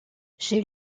j’ai